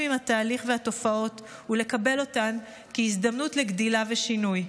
עם התהליך והתופעות ולקבל אותן כהזדמנות לגדילה ושינוי.